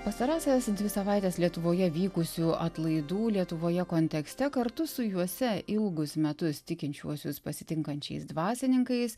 pastarąsias dvi savaites lietuvoje vykusių atlaidų lietuvoje kontekste kartu su juose ilgus metus tikinčiuosius pasitinkančiais dvasininkais